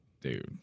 Dude